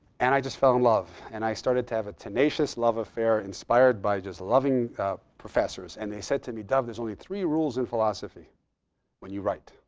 and i just fell in love. and i started to have a tenacious love affair inspired by just loving professors. and they said to me, dov, there's only three rules in philosophy when you write,